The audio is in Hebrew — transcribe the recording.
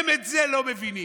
הם את זה לא מבינים,